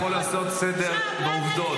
אני יכול לעשות סדר בעובדות.